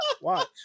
Watch